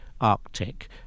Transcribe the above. Arctic